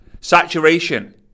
Saturation